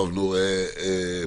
טוב, נו, פסח...